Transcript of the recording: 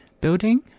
building